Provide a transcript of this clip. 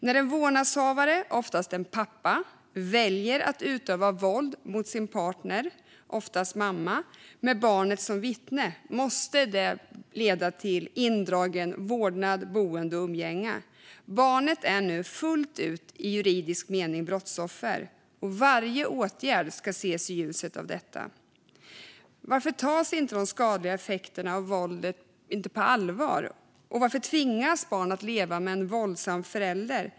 När en vårdnadshavare, oftast en pappa, väljer att utöva våld mot sin partner, oftast en mamma, med barnet som vittne måste det leda till att rätten till vårdnad, boende och umgänge dras in. Barnet är nu fullt ut i juridisk mening brottsoffer, och varje åtgärd ska ses i ljuset av detta. Varför tas inte de skadliga effekterna av våldet på allvar? Och varför tvingas barn att leva med en våldsam förälder?